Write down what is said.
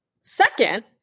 second